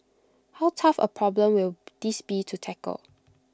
how tough A problem will this be to tackle